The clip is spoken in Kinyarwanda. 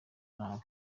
nabi